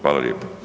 Hvala